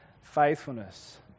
faithfulness